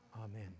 Amen